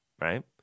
Right